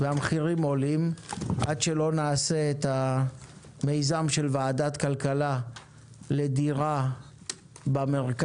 והמחירים עולים; עד שלא נעשה את המיזם של ועדת כלכלה לדירה במרכז